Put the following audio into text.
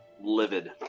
livid